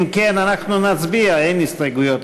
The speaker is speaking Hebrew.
אם כן, אנחנו נצביע, אין הסתייגויות.